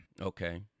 Okay